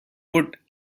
would